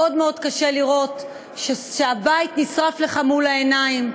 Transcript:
קשה מאוד-מאוד לראות שהבית נשרף לך מול העיניים,